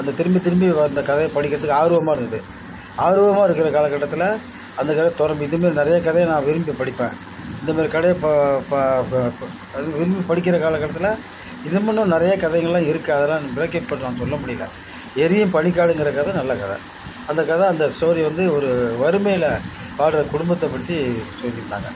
அந்த திரும்பி திரும்பி அந்த கதையை படிக்கிறதுக்கு ஆர்வமாக இருந்தது ஆர்வமாக இருக்கிற காலகட்டத்தில் அந்த கதை தொடர்ந்து இந்த மாரி நிறையா கதை நான் விரும்பி படிப்பேன் இந்த மாரி ப ப ப அது விரும்பி படிக்கிற காலகட்டத்தில் இதுமாரிலாம் நிறைய கதைங்கள்லாம் இருக்குது அதெலாம் பிரேகெட் பண்ணிலாம் சொல்ல முடியல எரியும் பனிக்காடுங்கிற கதை நல்ல கதை அந்தக்கத அந்த ஸ்டோரி வந்து ஒரு வறுமையில் வாடுற குடும்பத்தப் பற்றி சொல்லியிருந்தாங்க